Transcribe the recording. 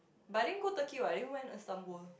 but I didn't go Turkey what I didn't went Istanbul